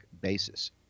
basis